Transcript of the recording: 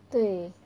对